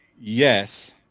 yes